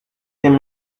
ten